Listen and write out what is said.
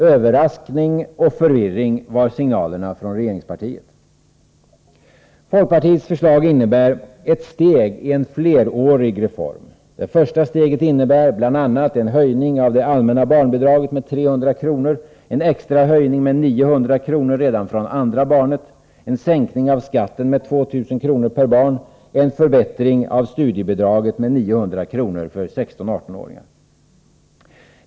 Överraskning och förvirring var signalerna från regeringspartiet. Folkpartiets förslag innebär ett steg i en flerårig reform. Det första steget innebär bl.a. en höjning av det allmänna barnbidraget med 300 kr., en extra höjning med 900 kr. redan från andra barnet, en sänkning av skatten med 2 000 kr. per barn och en förbättring av studiebidraget med 900 kr. för 16-18-åringar.